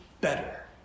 better